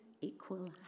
equal